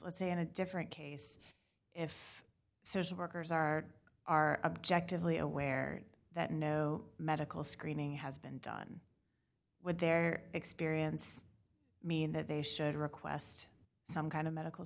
let's say in a different case if social workers are our objective lea aware that no medical screening has been done with their experience mean that they should request some kind of medical